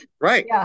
Right